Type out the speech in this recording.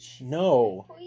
No